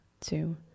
two